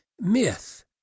myth